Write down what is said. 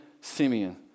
Simeon